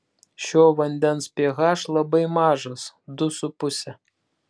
šio vandens ph labai mažas du su puse